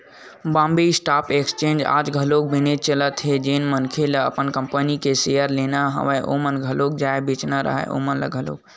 Bombay stock exchange आज घलोक बनेच चलत हे जेन मनखे मन ल कंपनी के सेयर लेना राहय ओमन घलोक जावय बेंचना राहय ओमन घलोक